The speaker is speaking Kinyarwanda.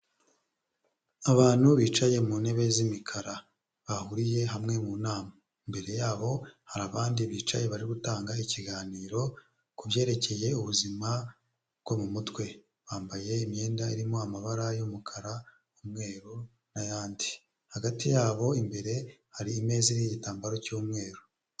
Abantu bicaye mu ntebe z'imikara bahuriye hamwe mu nama, mbere yabo hari abandi bicaye barimo gutanga ikiganiro kubyerekeye ubuzima bwo mu mutwe, bambaye imyenda irimo amabara yumukara n'mweru n'ayandi, hagati yabo imbere hari ameza n'igitambaro cy'umweru.